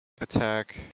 attack